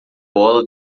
bola